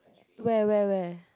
where where where